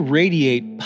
radiate